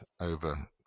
over